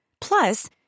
Plus